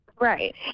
Right